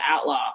outlaw